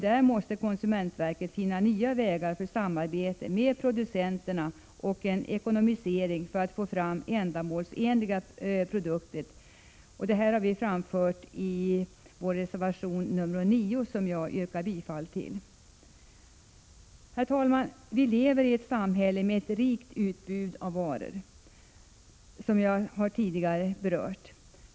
Där måste konsumentverket finna nya vägar för samarbete med producenterna och för en ekonomisering för att få fram ändamålsenliga produkter. Detta har vi framfört i vår reservation 9. Jag yrkar bifall till reservation 9. Herr talman! Vi lever i ett samhälle med ett rikt utbud av varor, vilket jag berört tidigare.